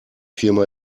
firma